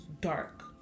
dark